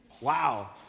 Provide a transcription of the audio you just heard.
Wow